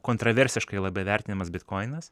kontroversiškai labai vertinamas bitkoinas